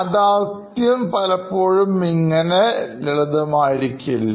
യാഥാർത്ഥ്യം ഇങ്ങനെ ലളിതം ആയിരിക്കില്ല